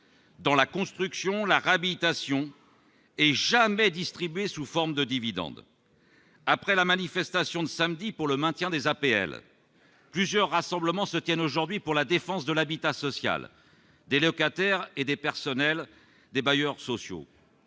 dans la construction, la réhabilitation et jamais distribués sous forme de dividendes après la manifestation de samedi pour le maintien des APL, plusieurs rassemblements se tiennent aujourd'hui pour la défense de l'habitat social des locataires et des personnels des bailleurs sociaux.